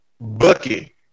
Bucky